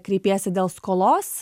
kreipiesi dėl skolos